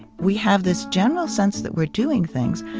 we have this general sense that we're doing things,